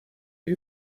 you